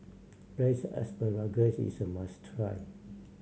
braise asparagus is a must try